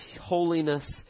holiness